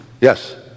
Yes